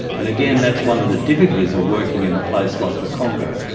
and again, that's one of the difficulties of working in a place like the congo,